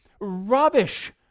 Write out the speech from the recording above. rubbish